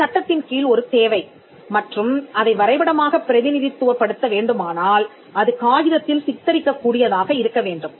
இது சட்டத்தின் கீழ் ஒரு தேவை மற்றும் அதை வரைபடமாகப் பிரதிநிதித்துவப்படுத்த வேண்டுமானால் அது காகிதத்தில் சித்தரிக்கக் கூடியதாக இருக்க வேண்டும்